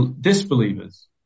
disbelievers